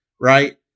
right